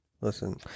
Listen